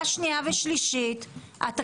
ישיבה נוספת של ועדת